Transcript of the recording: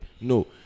No